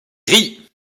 rit